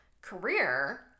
career